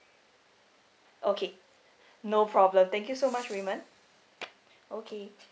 okay no problem thank you so much raymond okay